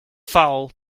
foul